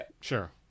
Sure